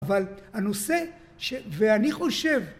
אבל הנושא, ואני חושב